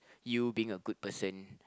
you being a good person